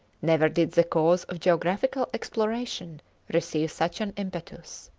never did the cause of geographical exploration receive such an impetus.